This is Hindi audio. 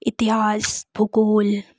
इतिहास भूगोल